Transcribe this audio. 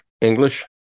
English